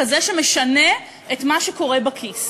כזה שמשנה את מה שקורה בכיס.